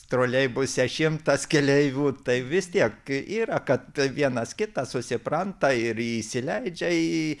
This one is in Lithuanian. troleibuse šimtas keleivių tai vis tiek yra kad vienas kitas susipranta ir įsileidžia į